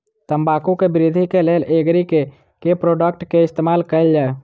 तम्बाकू केँ वृद्धि केँ लेल एग्री केँ के प्रोडक्ट केँ इस्तेमाल कैल जाय?